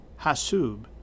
Hasub